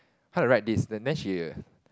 how to write this and then she